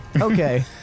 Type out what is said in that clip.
Okay